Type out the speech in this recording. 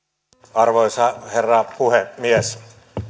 arvoisa herra puhemies